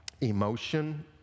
emotion